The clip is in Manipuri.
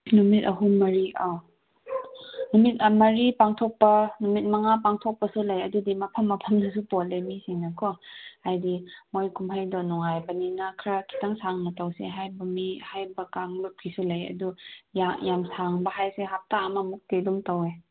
ꯅꯨꯃꯤꯠ ꯑꯍꯨꯝ ꯃꯔꯤ ꯑꯥ ꯅꯨꯃꯤꯠ ꯃꯔꯤ ꯄꯥꯡꯊꯣꯛꯄ ꯅꯨꯃꯤꯠ ꯃꯉꯥ ꯄꯥꯡꯊꯣꯛꯄꯁꯨ ꯂꯩ ꯑꯗꯨꯗꯤ ꯃꯐꯝ ꯃꯐꯝꯅꯁꯨ ꯄꯣꯜꯂꯦ ꯃꯤꯁꯤꯡꯅꯀꯣ ꯍꯥꯏꯗꯤ ꯃꯣꯏ ꯀꯨꯝꯍꯩꯗꯣ ꯅꯨꯡꯉꯥꯏꯕꯅꯤꯅ ꯈꯔ ꯈꯤꯇꯪ ꯁꯥꯡꯅ ꯇꯧꯁꯦ ꯍꯥꯏꯕ ꯃꯤ ꯍꯥꯏꯕ ꯀꯥꯞꯂꯨꯞꯁꯤꯁꯨ ꯂꯩ ꯑꯗꯣ ꯌꯥꯝ ꯁꯥꯡꯕ ꯍꯥꯏꯁꯦ ꯍꯞꯇꯥ ꯑꯃꯃꯨꯛꯇꯤ ꯑꯗꯨꯝ ꯇꯧꯋꯦ